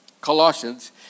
Colossians